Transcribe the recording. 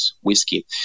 whiskey